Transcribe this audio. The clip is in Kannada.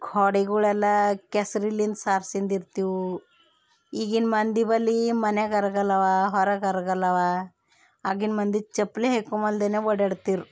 ಗೋಡೆಗುಳೆಲ್ಲ ಕೆಸ್ರಿಲಿಂದ ಸಾರ್ಸಿನ್ದಿರ್ತಿವು ಈಗಿನ ಮಂದಿ ಬಳಿ ಮನ್ಯಾಗ ಅರ್ಗಲ್ಲವ ಹೊರ್ಗ್ ಅರ್ಗಲ್ಲವ ಆಗಿನ ಮಂದಿ ಚಪ್ಪಲಿ ಹೈಕೊಂವಲ್ದೇನೆ ಓಡಾಡ್ತಿರು